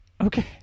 Okay